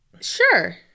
Sure